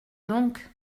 donc